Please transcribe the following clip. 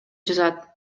жазат